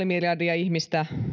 miljardia ihmistä